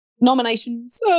Nominations